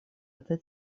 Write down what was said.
этой